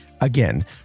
again